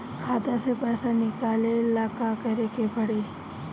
खाता से पैसा निकाले ला का करे के पड़ी?